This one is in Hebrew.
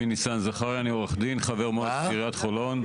אני עורך דין, חבר מועצת עיריית חולון.